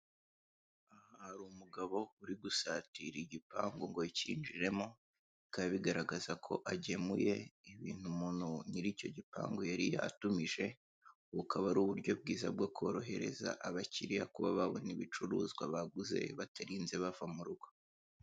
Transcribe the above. Aha hari umugabo uri gusatira igipangu ngo akinjjiremo bikaba bigaragaza ko agemuye ibintu umuntu nyir'icyo gipangu yari yatumije bukaba ari uburyo bwiza bwo korohereza abakiriya kuba babona ibicuruzwa baguze batarinze bava mu rugo.